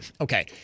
Okay